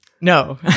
No